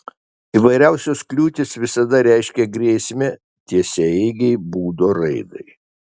įvairiausios kliūtys visada reiškia grėsmę tiesiaeigei būdo raidai